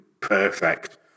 perfect